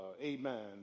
amen